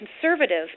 conservative